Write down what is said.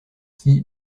qui